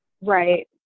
right